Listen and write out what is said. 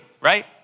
right